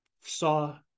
saw